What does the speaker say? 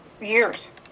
years